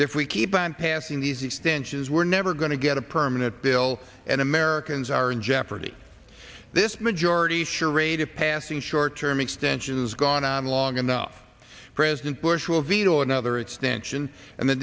this we keep on passing these extensions we're never going to get a permanent bill and americans are in jeopardy this majority charade of passing short term extensions gone on long enough president bush will veto another extension and the